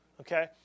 okay